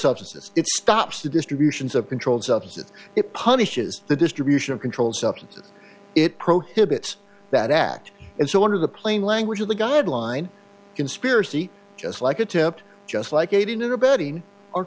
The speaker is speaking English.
substances it stops the distributions of controlled substances it punishes the distribution of controlled substances it prohibits that act and so one of the plain language of the guideline conspiracy just like attempt just like aiding and abetting are